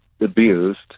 abused